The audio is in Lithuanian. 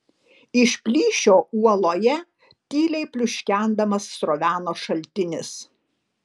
iš plyšio uoloje tyliai pliuškendamas sroveno šaltinis